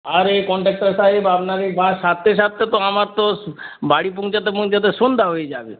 আরে কন্ডাক্টার সাহেব আপনার এই বাস সারতে সারতে তো আমার তো সো বাড়ি পৌঁছাতে পৌঁছাতে সন্ধ্যা হয়ে যাবে